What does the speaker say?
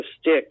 stick